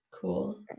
Cool